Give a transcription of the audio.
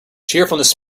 cheerfulness